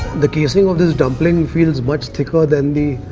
the casing of this dumpling feels much thicker than the.